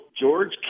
George